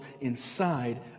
inside